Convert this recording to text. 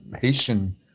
Haitian